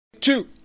Two